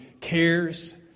cares